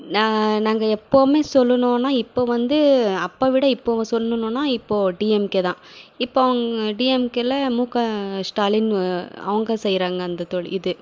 நான் நாங்கள் எப்போவுமே சொல்லணும்னா இப்போ வந்து அப்போ விட இப்போ சொல்லணும்னா இப்போ டிஎம்கே தான் இப்போ டிஎம்கேவில மு க ஸ்டாலின் அவங்க செய்யறாங்க அந்த தொ இது